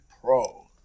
Pro